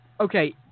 Okay